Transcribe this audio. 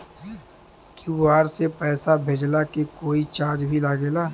QR से पैसा भेजला के कोई चार्ज भी लागेला?